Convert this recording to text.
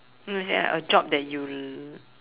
mm ya a job that you l~